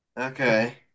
Okay